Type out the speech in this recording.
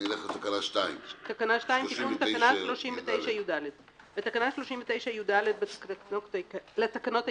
תקנה 2. תיקון תקנה 39יד. בתקנה 39יד לתקנות העיקריות,